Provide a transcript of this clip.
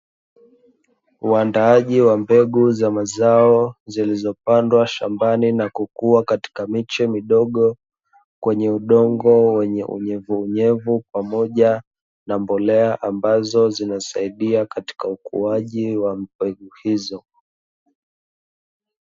Uandaaji wa mbegu za mazao zilizopandwa shambani na kukua katika miche midogo kwenye udongo wenye unyevuunyevu pamoja na mbolea, ambazo zinasaidia katika ukuaji wa mbegu hizo.